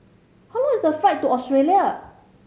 how long is the flight to Australia